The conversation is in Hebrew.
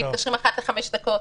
הם נפגשים אחת לחמש דקות,